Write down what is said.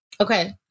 Okay